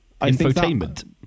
Infotainment